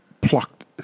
plucked